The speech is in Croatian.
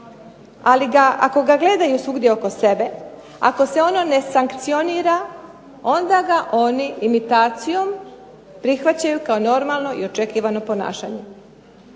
ali ako ga gledaju svugdje oko sebe, ako se ono ne sankcionira onda ga oni imitacijom prihvaćaju kao normalno i očekivano ponašanje.